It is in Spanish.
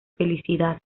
felicidad